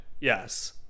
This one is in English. Yes